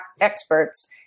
experts